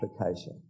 application